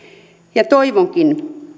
toivonkin